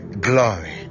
glory